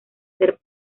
ser